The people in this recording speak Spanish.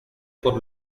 por